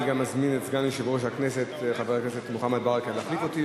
אני גם אזמין את סגן יושב-ראש הכנסת חבר הכנסת מוחמד ברכה להחליף אותי.